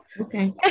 okay